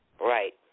right